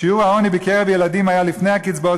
שיעור העוני בקרב ילדים היה לפני הקצבאות